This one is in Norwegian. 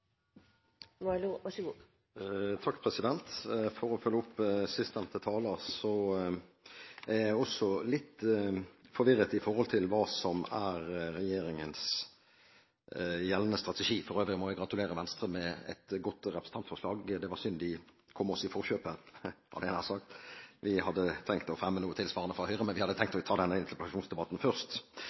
For å følge opp sistnevnte taler: Også jeg er litt forvirret med hensyn til hva som er regjeringens gjeldende strategi. For øvrig må jeg gratulere Venstre med et godt representantforslag. Det var synd de kom oss i forkjøpet, hadde jeg nær sagt. Vi hadde tenkt å fremme noe tilsvarende fra Høyre, men vi hadde tenkt å ta denne interpellasjonsdebatten først.